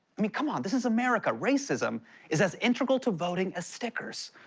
i mean, come on. this is america. racism is as integral to voting as stickers.